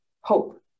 hope